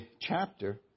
chapter